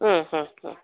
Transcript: ಹ್ಞೂ ಹ್ಞೂ ಹ್ಞೂ